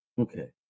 Okay